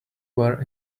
were